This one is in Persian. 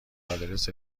آدرس